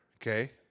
okay